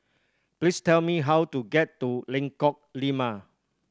please tell me how to get to Lengkok Lima